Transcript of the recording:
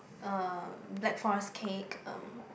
uh black forest cake um